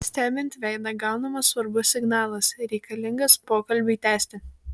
stebint veidą gaunamas svarbus signalas reikalingas pokalbiui tęsti